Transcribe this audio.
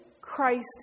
Christ